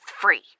free